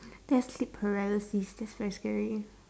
that's sleep paralysis that's quite scary